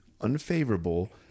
unfavorable